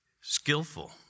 skillful